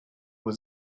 was